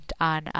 on